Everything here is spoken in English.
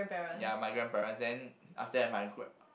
ya my grandparents then after that my gra~